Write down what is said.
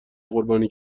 قربانی